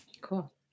cool